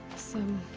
some.